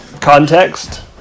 context